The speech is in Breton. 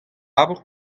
labour